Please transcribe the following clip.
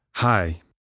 Hi